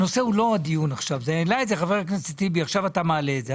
העלה אותו חבר הכנסת טיבי ועכשיו אתה מעלה את זה.